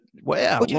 wow